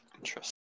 Interesting